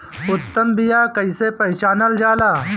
उत्तम बीया कईसे पहचानल जाला?